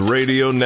Radio